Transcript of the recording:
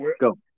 go